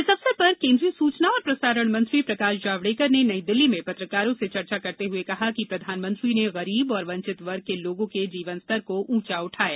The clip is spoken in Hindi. इस अवसर पर केन्द्रीय सुचना और प्रसारण मंत्री प्रकाश जावडेकर ने नई दिल्ली में पत्रकारों से चर्चा करते हुए कहा कि प्रधानमंत्री ने गरीब और वंचित वर्ग के लोगों के जीवनस्तर को ऊॅचा उठाया